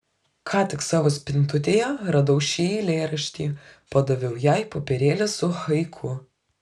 ką tik savo spintutėje radau šį eilėraštį padaviau jai popierėlį su haiku